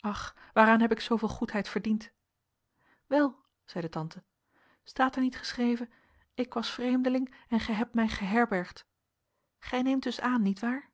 ach waaraan heb ik zooveel goedheid verdiend wel zeide tante staat er niet geschreven ik was vreemdeling en gij hebt mij geherbergd gij neemt dus aan nietwaar